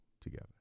together